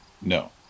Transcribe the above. No